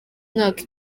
mwaka